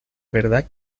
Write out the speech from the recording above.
verdad